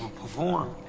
perform